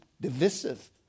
divisive